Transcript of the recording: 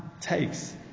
takes